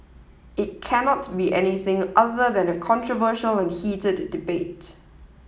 it cannot be anything other than a controversial and heated debate